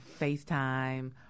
FaceTime